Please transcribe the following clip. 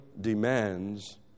demands